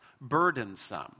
burdensome